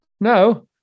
no